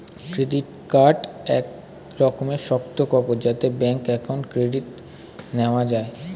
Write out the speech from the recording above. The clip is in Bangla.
ক্রেডিট কার্ড এক রকমের শক্ত কাগজ যাতে ব্যাঙ্ক অ্যাকাউন্ট ক্রেডিট নেওয়া যায়